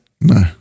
No